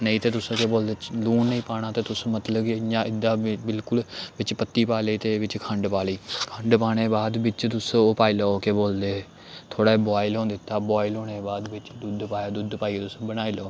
नेईं ते तुसें केह् बोलदे लून नेईं पाना ते तुस मतलब कि इ'यां एह्दा बिल्कुल बिच्च पत्ती पाल लेई ते बिच्च खंड पा लेई खंड पाने दे बाद बिच्च तुस ओह् पाई लैओ केह् बोलदे थोह्ड़ा बोआइल होन दित्ता बोआइल होने दे बाद बिच्च दुद्ध पाया दुद्ध पाइयै तुस बनाई लैओ